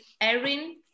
erin